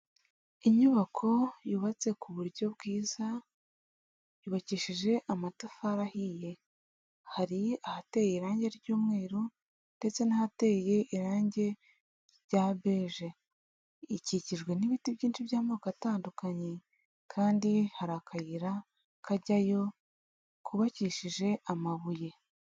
Inyubako yubatse ku buryo bwiza yubakishije amatafari ahiye, hari ahateye irangi ry'umweru ndetse n'ahateye irangi rya beje, ikikijwe n'ibiti byinshi by'amoko atandukanye kandi hari akayira kajyayo kubakishije amabuye.